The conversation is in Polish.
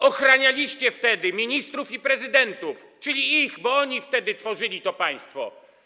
Ochranialiście wtedy ministrów i prezydentów, czyli ich, bo oni wtedy tworzyli to państwo.